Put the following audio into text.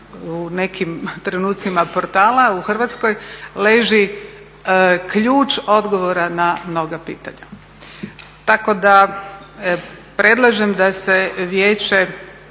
u nekim trenucima portala u Hrvatskoj leži ključ odgovora na mnoga pitanja. Tako da predlažem da se vijeće